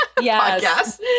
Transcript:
Yes